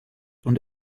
und